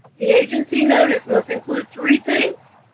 the agency notice must include three things,